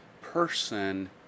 person